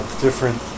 different